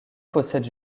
possède